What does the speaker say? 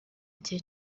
igihe